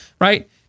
Right